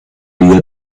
vida